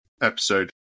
episode